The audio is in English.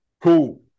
Cool